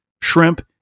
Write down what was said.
shrimp